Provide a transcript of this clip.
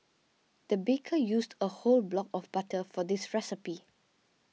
the baker used a whole block of butter for this recipe